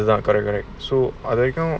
oh ya correct correct so அதுவரைக்கும்:athu varaikum